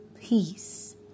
peace